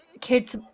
kids